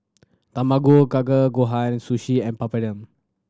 Tamago Kake Gohan Sushi and Papadum